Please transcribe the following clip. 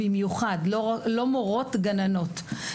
לא מורות אלא גננות.